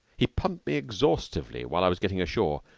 he pumped me exhaustively while i was getting ashore,